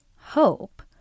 hope